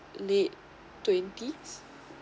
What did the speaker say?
late twenties